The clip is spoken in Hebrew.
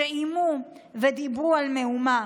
שאיימו ודיברו על מהומה.